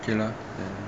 okay lah then